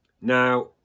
Now